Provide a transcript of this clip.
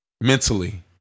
Mentally